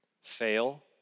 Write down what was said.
fail